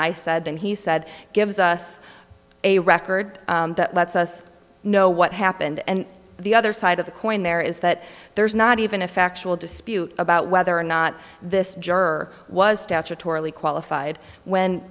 i said and he said gives us a record that lets us know what happened and the other side of the coin there is that there's not even a factual dispute about whether or not this juror was statutorily qualified